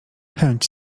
chęć